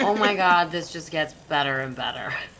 my god, this just gets better and better.